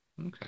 Okay